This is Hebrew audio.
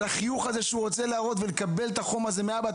על החיוך הזה שהוא רוצה להראות ולקבל את החום הזה מהאבא?